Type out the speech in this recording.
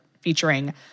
featuring